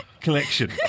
collection